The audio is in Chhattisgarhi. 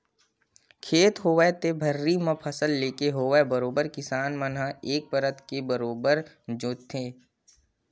खेत होवय ते भर्री म फसल लेके होवय बरोबर किसान मन ह एक परत के बरोबर जोंतथे